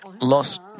lost